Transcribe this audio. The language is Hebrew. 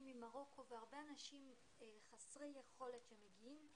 ממרוקו והרבה אנשים חסרי יכולת שמגיעים,